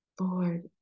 Lord